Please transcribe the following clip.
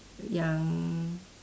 yang